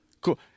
Cool